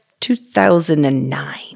2009